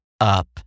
up